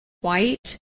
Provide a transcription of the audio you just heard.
white